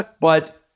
But-